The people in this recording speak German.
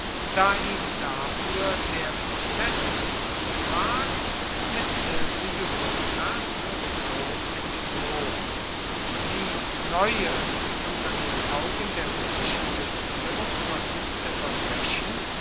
da ihm dafür der prozeß gemacht ward mit hilfe jugurthas aus rom entfloh dies neue unter den augen der römischen regierung verübte verbrechen